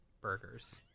burgers